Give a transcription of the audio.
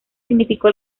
significó